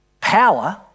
Power